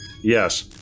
Yes